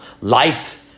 Light